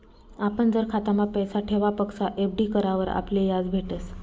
आपण जर खातामा पैसा ठेवापक्सा एफ.डी करावर आपले याज भेटस